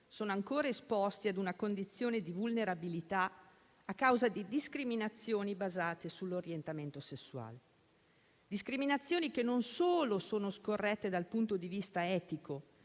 sono ancora esposti ad una condizione di vulnerabilità a causa di discriminazioni basate sull'orientamento sessuale; discriminazioni che non solo sono scorrette dal punto di vista etico,